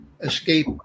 escape